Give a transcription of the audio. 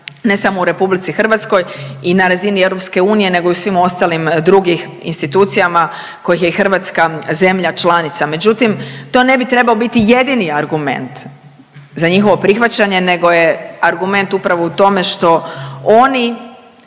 ne samo u RH i na razini EU nego i u svim ostalim drugim institucijama kojih je Hrvatska zemlja članica. Međutim, to ne bi trebao biti jedini argument za njihovo prihvaćanje nego je argument upravo u tome što oni